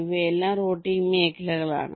ഇവയെല്ലാം റൂട്ടിംഗ് മേഖലകളാണ്